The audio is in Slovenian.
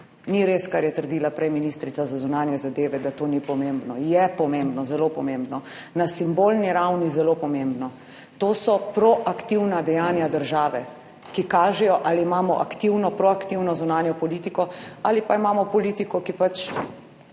Ni res, kar je trdila prej ministrica za zunanje zadeve, da to ni pomembno. Je pomembno, zelo pomembno, na simbolni ravni zelo pomembno. To so proaktivna dejanja države, ki kažejo ali imamo aktivno, proaktivno zunanjo politiko ali pa imamo politiko, ki pač